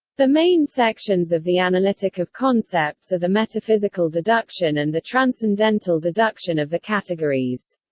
the main sections of the analytic of concepts are the metaphysical deduction and the transcendental deduction of the categories.